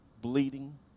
bleeding